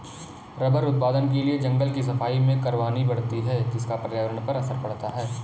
rubber उत्पादन के लिए जंगल की सफाई भी करवानी पड़ती है जिसका पर्यावरण पर असर पड़ता है